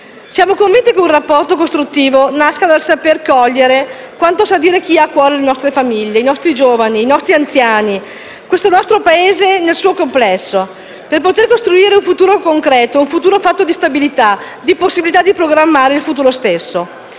Siamo convinti che un rapporto costruttivo nasca dal saper cogliere quanto sa dire chi ha a cuore le nostre famiglie, i nostri giovani, i nostri anziani, questo nostro Paese nel suo complesso, per poter costruire un futuro concreto, un futuro fatto di stabilità, di possibilità di programmare il futuro stesso.